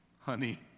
honey